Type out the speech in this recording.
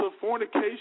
fornication